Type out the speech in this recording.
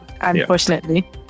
Unfortunately